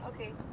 Okay